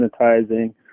sanitizing